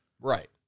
Right